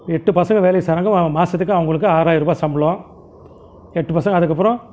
எட்டு பசங்கள் வேலை செய்கிறாங்க மா மாதத்துக்கு அவங்களுக்கு ஆறாயரரூபா சம்பளம் எட்டு பசங்கள் அதுக்கப்புறம்